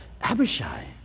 Abishai